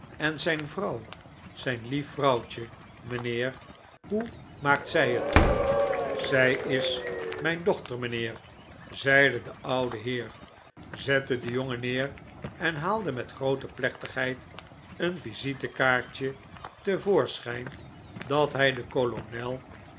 en zijn vrouw zijn lief vrouwtje mijnheer hoe maakt zij het zij is mijn dochter mijnheer zeide de oude heer zette den jongen neer en haalde met groote plechtigheid een visitekaartje te voorschijn dat hij den kolonel